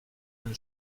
eine